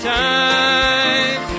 time